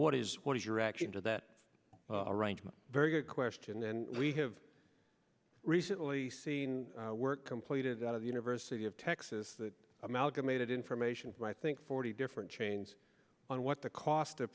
what is what is your reaction to that arrangement very good question and we have recently seen work completed out of the university of texas that amalgamated information right think forty different chains on what the cost of